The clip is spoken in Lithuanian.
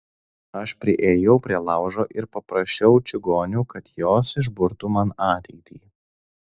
aš priėjau prie laužo ir paprašiau čigonių kad jos išburtų man ateitį